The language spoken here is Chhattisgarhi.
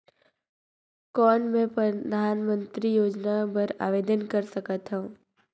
कौन मैं परधानमंतरी योजना बर आवेदन कर सकथव?